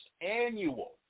annual